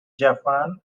japan